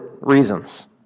reasons